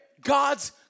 God's